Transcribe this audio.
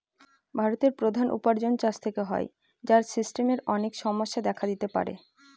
ভারতের প্রধান উপার্জন চাষ থেকে হয়, যার সিস্টেমের অনেক সমস্যা দেখা দিতে পারে